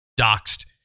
doxed